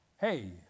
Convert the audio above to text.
Hey